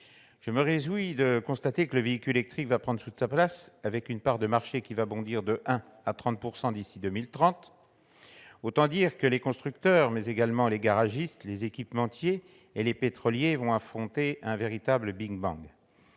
Je me réjouis de constater que le véhicule électrique va prendre toute sa place, avec une part de marché qui va bondir de 1 % à 30 % d'ici à 2030. Autant dire que les constructeurs, mais également les garagistes, les équipementiers et les pétroliers vont affronter un véritable, une